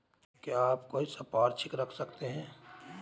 क्या आप कोई संपार्श्विक रख सकते हैं?